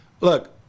look